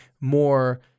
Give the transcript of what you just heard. more